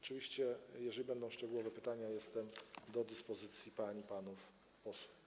Oczywiście jeżeli będą szczegółowe pytania, jestem do dyspozycji pań i panów posłów.